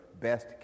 best